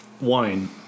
wine